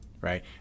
right